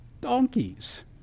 donkeys